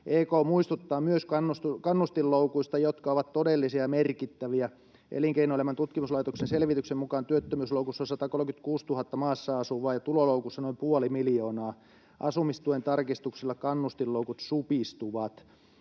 EK muistuttaa myös kannustinloukuista, jotka ovat ”todellisia ja merkittäviä”. ”Elinkeinoelämän tutkimuslaitoksen selvityksen mukaan työttömyysloukussa on 136 000 maassa asuvaa ja tuloloukussa noin puoli miljoonaa. Asumistuen tarkistuksilla kannustinloukut supistuvat.